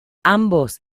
ambos